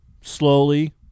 slowly